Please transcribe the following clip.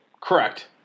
Correct